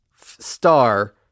star